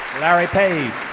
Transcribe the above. larry page.